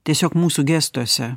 tiesiog mūsų gestuose